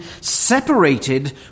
separated